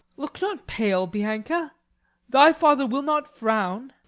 look not pale, bianca thy father will not frown.